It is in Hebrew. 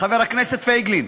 חבר הכנסת פייגלין.